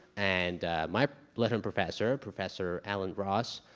and my blatant professor, professor alan ross